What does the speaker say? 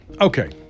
okay